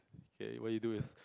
okay what you do is